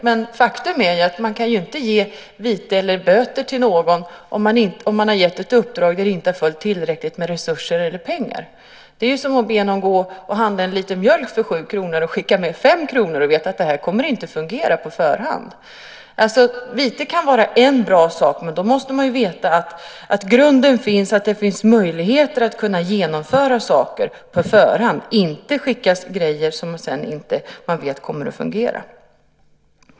Men faktum är att man inte kan ge vite eller böter till någon om man har gett ett uppdrag där det inte följt med tillräckligt med resurser eller pengar. Det är som att be någon gå och handla en liter mjölk för 7 kr och skicka med 5 kr. Man vet på förhand att det inte kommer att fungera. Vite kan vara en bra sak. Men då måste man på förhand veta att grunden finns och det finns möjligheter att kunna genomföra saker. Man kan inte skicka grejer som man vet inte kommer att fungera.